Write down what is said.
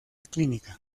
clínica